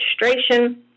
registration